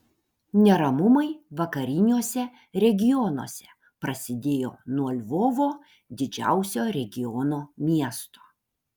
neramumai vakariniuose regionuose prasidėjo nuo lvovo didžiausio regiono miesto